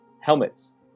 helmets